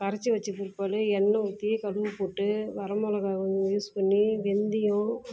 கரைச்சி வைச்ச பிற்பாடு எண்ணெய் ஊற்றி கடுகு போட்டு வரமிளகா யூஸ் பண்ணி வெந்தயம்